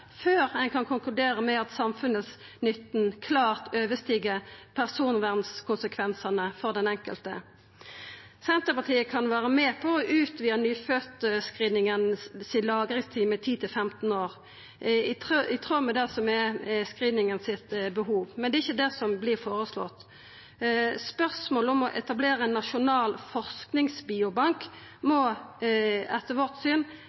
før ein kan konkludera med at samfunnsnytta klart overstig personvernskonsekvensane for den enkelte. Senterpartiet kan vera med på å utvida lagringstida for nyføddscreeninga med 10–15 år, i tråd med det screeninga har behov for, men det er ikkje det som vert føreslått. Spørsmålet om å etablera ein nasjonal forskingsbiobank må etter vårt syn